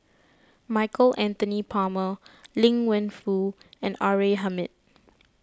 Michael Anthony Palmer Liang Wenfu and R A Hamid